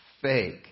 fake